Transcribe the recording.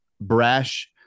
brash